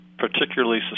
particularly